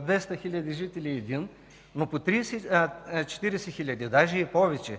200 хиляди жители един, но по 30 – 40 хиляди, даже и повече,